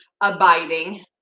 abiding